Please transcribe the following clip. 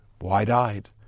wide-eyed